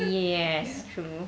yes true